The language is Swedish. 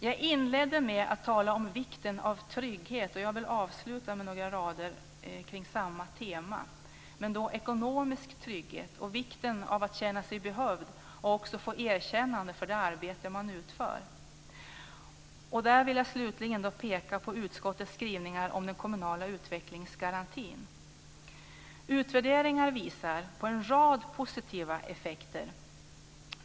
Jag inledde med att tala om vikten av trygghet, och jag vill avsluta med några ord på samma tema. Och då gäller det ekonomisk trygghet och vikten av att känna sig behövd och få erkännande för det arbete man utför. Slutligen vill jag peka på utskottets skrivningar om den kommunala utvecklingsgarantin. Utvärderingar visar på en rad positiva effekter.